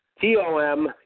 T-O-M